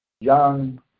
young